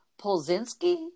Polzinski